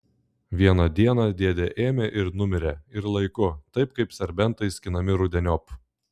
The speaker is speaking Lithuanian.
vieną dieną dėdė ėmė ir numirė ir laiku taip kaip serbentai skinami rudeniop